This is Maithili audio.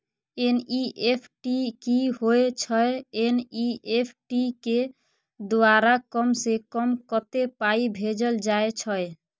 एन.ई.एफ.टी की होय छै एन.ई.एफ.टी के द्वारा कम से कम कत्ते पाई भेजल जाय छै?